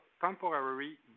temporary